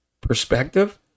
perspective